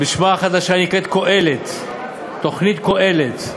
שבשמה החדשה היא נקראת קהל"ת, תוכנית קהל"ת.